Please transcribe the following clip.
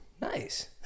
Nice